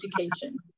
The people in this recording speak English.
Education